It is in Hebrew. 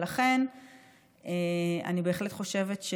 לכן אני בהחלט חושבת,